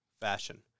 fashion